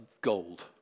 gold